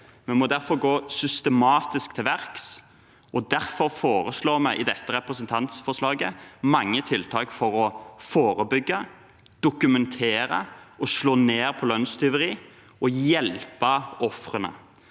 Vi må derfor gå systematisk til verks, og derfor foreslår vi i dette representantforslaget mange tiltak for å forebygge, dokumentere, slå ned på lønnstyveri og hjelpe ofrene.